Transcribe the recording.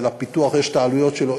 ולפיתוח יש העלויות שלו,